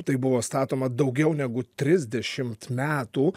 tai buvo statoma daugiau negu trisdešim metų